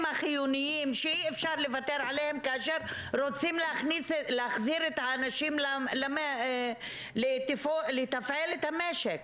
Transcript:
החיוניים שאי אפשר לוותר עליהם כאשר רוצים להחזיר את האנשים לתפעל את המשק.